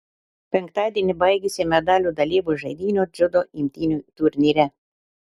penktadienį baigėsi medalių dalybos žaidynių dziudo imtynių turnyre